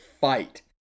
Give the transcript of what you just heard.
fight